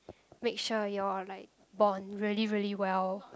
make sure you all like bond really really well